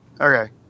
Okay